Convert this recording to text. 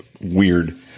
weird